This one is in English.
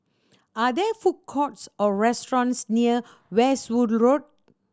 are there food courts or restaurants near Westwood Road